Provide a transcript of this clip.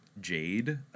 jade